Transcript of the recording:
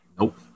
Nope